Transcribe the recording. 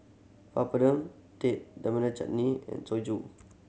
Papadum Date Tamarind Chutney and